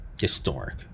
historic